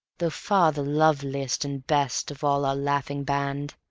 though far the loveliest and best of all our laughing band